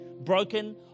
broken